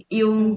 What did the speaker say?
yung